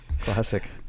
Classic